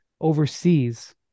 overseas